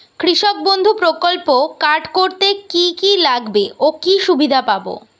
কৃষক বন্ধু প্রকল্প কার্ড করতে কি কি লাগবে ও কি সুবিধা পাব?